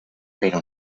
pero